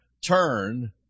turn